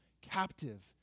captive